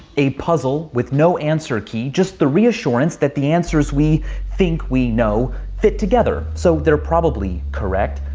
a puzzle with no answer key, just the reassurance that the answers we think we know fit together, so they're probably correct.